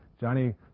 Johnny